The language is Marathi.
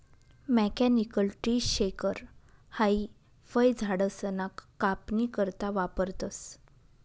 मेकॅनिकल ट्री शेकर हाई फयझाडसना कापनी करता वापरतंस